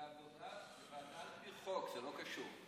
זאת ועדה על פי חוק, זה לא קשור.